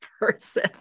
person